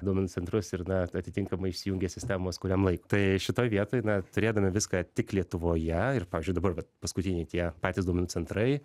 duomenų centrus ir na atitinkamai išsijungė sistemos kuriam laikui tai šitoj vietoj na turėdami viską tik lietuvoje ir pavyzdžiui dabar vat paskutiniai tie patys duomenų centrai